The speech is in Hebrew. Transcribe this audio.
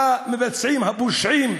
למבצעים הפושעים,